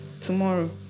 tomorrow